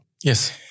Yes